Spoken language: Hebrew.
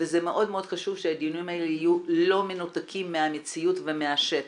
וזה מאוד מאוד חשוב שהדיונים האלה יהיו לא מנותקים מהמציאות ומהשטח.